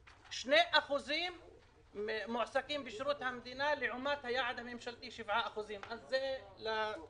1.2% מועסקים בשירות המדינה לעומת היעד הממשלתי של 7%. זה כתוספת.